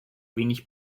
wenig